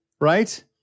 Right